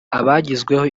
abagizweho